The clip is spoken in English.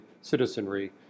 citizenry